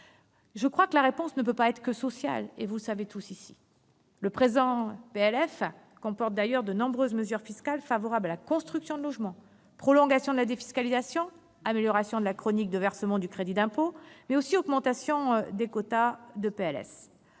Je crois que la réponse ne peut pas être que sociale, comme vous le savez tous ici. D'ailleurs, le présent projet de loi de finances comporte de nombreuses mesures fiscales favorables à la construction de logements : prolongation de la défiscalisation, amélioration de la chronicité du versement du crédit d'impôt, mais aussi augmentation des quotas de